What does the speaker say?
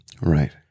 Right